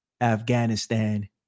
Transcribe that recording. Afghanistan